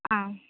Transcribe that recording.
ஆ